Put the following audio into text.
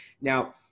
Now